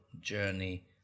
journey